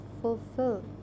fulfill